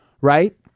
Right